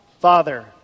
Father